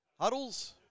huddles